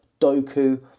Doku